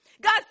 God